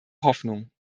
hoffnung